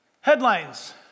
Headlines